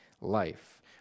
life